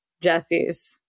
Jesse's